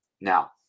Now